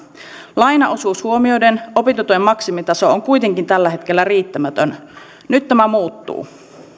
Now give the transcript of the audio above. lainaosuus huomioiden opintotuen maksimitaso on kuitenkin tällä hetkellä riittämätön nyt tämä muuttuu